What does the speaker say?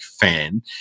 fan